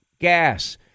gas